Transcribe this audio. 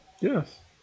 Yes